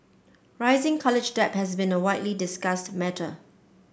rising college debt has been a widely discussed matter